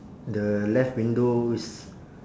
the left window is